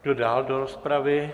Kdo dál do rozpravy?